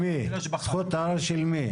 זכות ערר של מי?